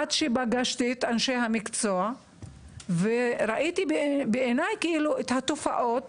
עד שפגשתי את אנשי המקצוע וראיתי במו עיניי את התופעות.